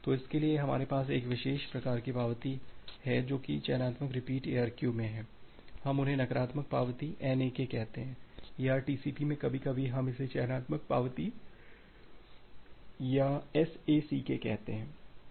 तो इसके लिए हमारे पास एक विशेष प्रकार की पावती है जो कि चयनात्मक रिपीट ARQ में है हम उन्हें नकारात्मक पावती NAK कहते हैं या टीसीपी में कभी कभी हम इसे चयनात्मक पावती या SACK कहते हैं